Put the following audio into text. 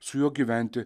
su juo gyventi